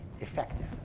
effective